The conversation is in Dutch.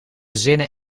zinnen